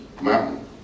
mountain